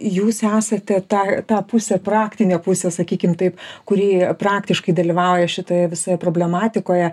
jūs esate ta ta pusė praktinė pusė sakykim taip kuri praktiškai dalyvauja šitoje visoje problematikoje